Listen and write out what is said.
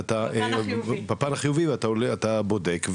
ואתה בודק,